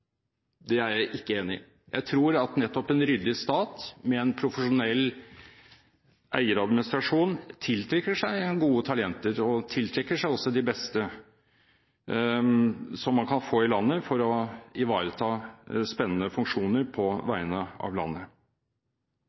Det er jeg ikke enig i. Jeg tror at nettopp en ryddig stat med en profesjonell eieradministrasjon tiltrekker seg gode talenter og tiltrekker seg de beste man kan få i landet for å ivareta spennende funksjoner på vegne av landet.